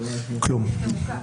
כלום.